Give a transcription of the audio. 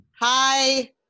hi